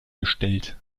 gestellt